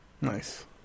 Nice